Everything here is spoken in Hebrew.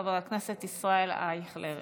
חבר הכנסת ישראל אייכלר,